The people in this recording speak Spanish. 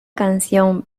canción